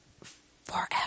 forever